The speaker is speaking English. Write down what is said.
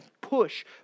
push